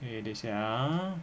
okay 等一下 ah